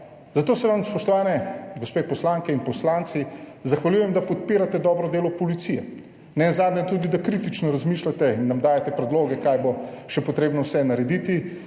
Zato se vam, spoštovani gospe poslanke in poslanci zahvaljujem, da podpirate dobro delo policije, nenazadnje tudi, da kritično razmišljate in nam dajete predloge, kaj bo še potrebno vse narediti,